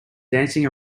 dancing